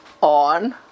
on